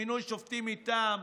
של מינוי שופטים מטעם,